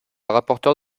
rapporteur